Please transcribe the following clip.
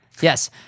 Yes